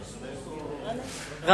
מוסמוס, או, ?